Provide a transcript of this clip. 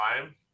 time